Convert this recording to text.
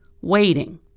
waiting